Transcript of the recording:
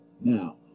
Now